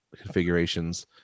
configurations